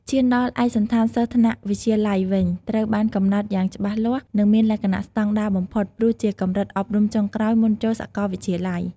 ឈានដល់ឯកសណ្ឋានសិស្សថ្នាក់វិទ្យាល័យវិញ ត្រូវបានកំណត់យ៉ាងច្បាស់លាស់ និងមានលក្ខណៈស្តង់ដារបំផុត ព្រោះជាកម្រិតអប់រំចុងក្រោយមុនចូលសាកលវិទ្យាល័យ។